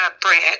bread